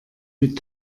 mit